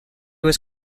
was